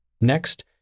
Next